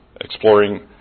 exploring